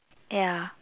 ya